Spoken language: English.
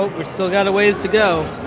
no. we've still got a ways to go